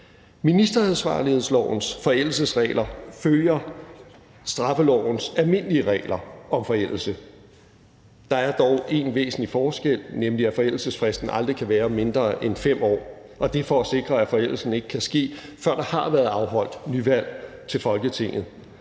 Ministeransvarlighedslovens forældelsesregler følger straffelovens almindelige regler om forældelse, der er dog en væsentlig forskel, nemlig at forældelsesfristen aldrig kan være mindre end 5 år, og det er for at sikre, at forældelsen ikke kan ske, før der har været afholdt nyvalg til Folketinget,